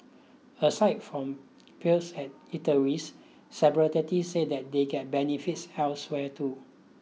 aside from perks at eateries said that they get benefits elsewhere too